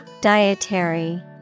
Dietary